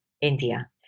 India